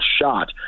shot